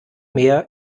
meer